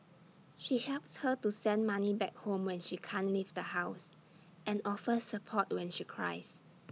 she helps her to send money back home when she can't leave the house and offers support when she cries